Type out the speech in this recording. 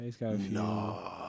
No